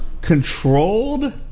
controlled